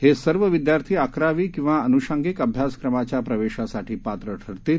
हे सर्व विद्यार्थी अकरावी किंवा अनुषंगिक अभ्यासक्रमाच्या प्रवेशासाठी पात्र ठरतील